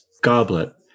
goblet